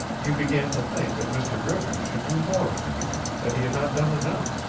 you began to think that mr. griffin should do more for you, that he had not done enough.